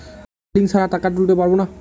আধার link ছাড়া টাকা তুলতে পারব না?